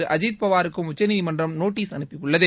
திரு அஜித்பவாருக்கும் உச்சநீதிமன்றம் நோட்டீஸ் அனுப்பியுள்ளது